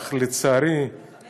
אך לצערי, מ-2005.